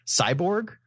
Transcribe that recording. cyborg